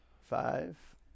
Five